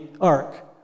Ark